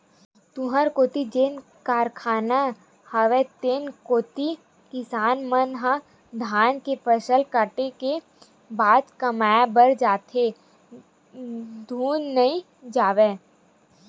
तुँहर कोती जेन कारखाना हवय तेन कोती किसान मन ह धान के फसल कटे के बाद कमाए बर जाथे धुन नइ जावय?